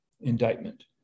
indictment